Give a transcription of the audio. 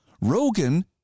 Rogan